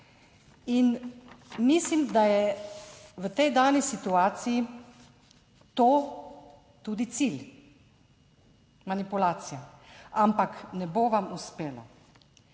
In mislim, da je v tej dani situaciji to tudi cilj - manipulacija. Ampak ne bo vam uspelo.